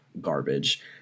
garbage